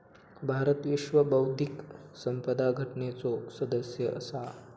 भारत विश्व बौध्दिक संपदा संघटनेचो सदस्य असा